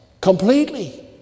completely